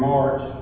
March